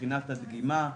מבחינת הדגימה,